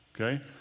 okay